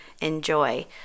enjoy